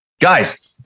Guys